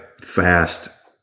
fast